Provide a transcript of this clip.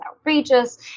outrageous